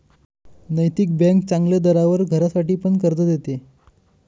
नैतिक बँक चांगल्या दरावर घरासाठी पण कर्ज देते